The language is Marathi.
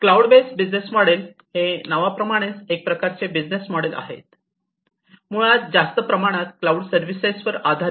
तर क्लाऊड बेस्ड बिझनेस मॉडेल हे नावाप्रमाणे एक प्रकारचे बिझनेस मॉडेल आहे मुळात जास्त प्रमाणात क्लाऊड सर्व्हिसेसवर आधारित